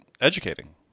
educating